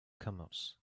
camels